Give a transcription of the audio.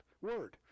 word